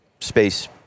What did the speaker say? space